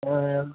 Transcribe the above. ஆ ஆ